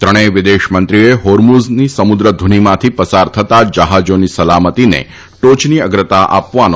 ત્રણેય વિદેશ મંત્રીઓએ હોર્મુઝની સમુદ્ર ધુનીમાંથી પસાર થતા જહાજાની સલામતીને ટોયની અગ્રતા આપી હતી